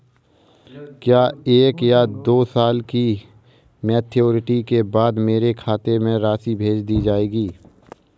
क्या एक या दो साल की मैच्योरिटी के बाद मेरे खाते में राशि भेज दी जाएगी?